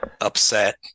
upset